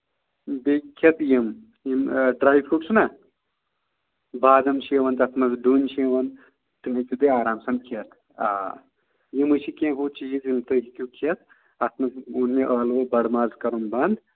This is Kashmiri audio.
بیٚیہِ کھٮ۪تہٕ یِم یِم ڈرٛاے فرٛوٗٹ چھِنہ بادَم چھِ یِوان تَتھ منٛز ڈوٗنۍ چھِ یِوان تِم ہیٚکِو تُہۍ آرام سان کھٮ۪تھ آ یِمَے چھِ کیٚنہہ ہُہ چیٖز یِم تُہۍ ہیٚکِو کھٮ۪تھ اَتھ منٛز ووٚن مےٚ ٲلوٕ بَڑٕ ماز کَرُن بنٛد